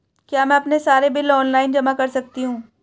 क्या मैं अपने सारे बिल ऑनलाइन जमा कर सकती हूँ?